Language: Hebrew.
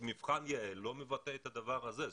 ומבחן יע"ל לא מבטא את הדבר הזה.